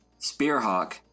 Spearhawk